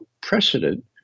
precedent